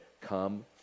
come